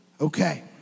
okay